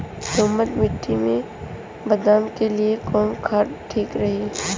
दोमट मिट्टी मे बादाम के लिए कवन खाद ठीक रही?